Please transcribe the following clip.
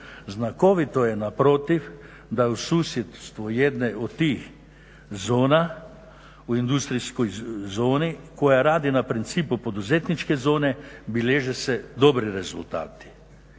Znakovito je naprotiv da u susjedstvu jedne od tih zona u industrijskoj zoni koja radi na principu poduzetničke zone bilježe se dobri rezultati.